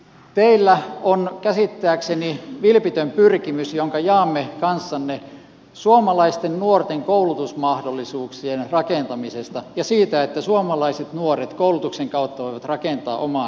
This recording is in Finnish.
teillä on käsittääkseni vilpitön pyrkimys jonka jaamme kanssanne suomalaisten nuorten koulutusmahdollisuuksien rakentamisesta ja siitä että suomalaiset nuoret koulutuksen kautta voivat rakentaa omaa elämäänsä